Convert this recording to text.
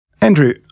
Andrew